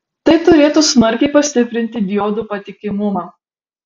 tai turėtų smarkiai pastiprinti diodų patikimumą